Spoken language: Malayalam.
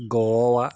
ഗോവ